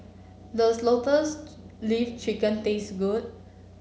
does Lotus Leaf Chicken taste good